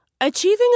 Achieving